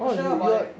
not sure about that